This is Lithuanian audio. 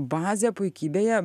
bazė puikybėje